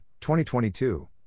2022